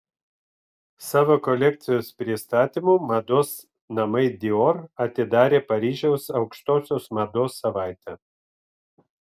savo kolekcijos pristatymu mados namai dior atidarė paryžiaus aukštosios mados savaitę